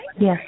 Yes